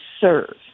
serve